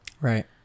Right